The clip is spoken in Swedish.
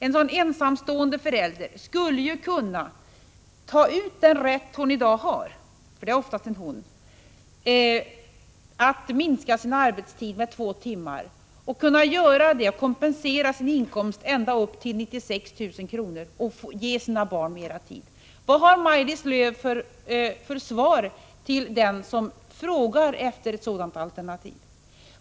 En sådan förälder skulle kunna ta ut den rätt hon i dag har — för det är oftast en hon — att minska sin arbetstid med två timmar per dag och kunna kompensera inkomstbortfallet ända upp till en inkomst av 96 000 kr. och ge sina barn mera tid. Vad har Maj-Lis Lööw för svar till den som frågar efter ett sådant alternativ?